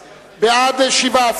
זה ניגוד אינטרסים.